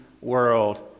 world